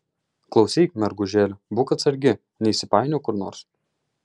klausyk mergužėle būk atsargi neįsipainiok kur nors